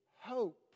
hope